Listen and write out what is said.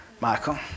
Michael